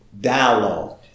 dialogue